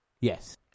Yes